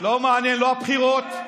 לא מעניין, ולא הבחירות.